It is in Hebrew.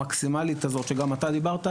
המקסימלית הזאת שגם אתה דיברת עליה.